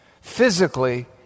physically